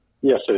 Yes